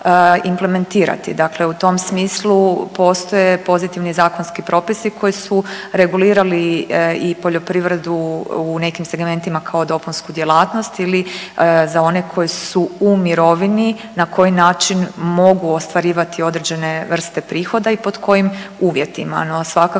Dakle u tom smislu postoje pozitivni zakonski propisi koji su regulirali i poljoprivredu u nekim segmentima kao dopunsku djelatnost ili za one koji su u mirovini, na koji način mogu ostvarivati određene vrste prihoda i pod kojim uvjetima,